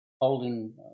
holding